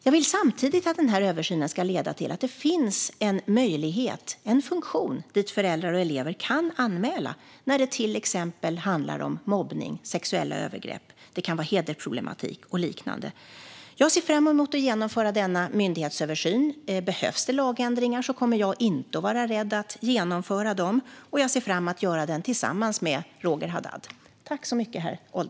Jag vill samtidigt att den här översynen ska leda till att det finns en funktion dit föräldrar och elever kan anmäla när det till exempel handlar om mobbning, sexuella övergrepp, hedersproblematik och liknande. Jag ser fram emot att genomföra denna myndighetsöversyn. Behövs det lagändringar kommer jag inte att vara rädd att genomföra dem. Jag ser också fram emot att göra den tillsammans med Roger Haddad.